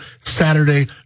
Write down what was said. Saturday